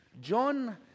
John